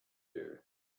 you